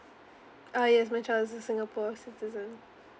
uh yes my child is a singapore citizen